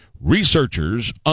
researchers